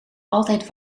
altijd